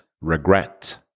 regret